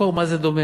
ונחקור מה זה דומם,